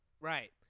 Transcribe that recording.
right